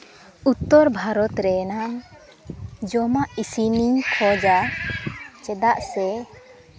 ᱩᱛᱛᱚᱨ ᱵᱷᱟᱨᱚᱛ ᱨᱮᱱᱟᱝ ᱡᱚᱢᱟᱜ ᱤᱥᱤᱱ ᱤᱧ ᱠᱷᱚᱡᱟ ᱪᱮᱫᱟᱜ ᱥᱮ